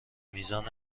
میزان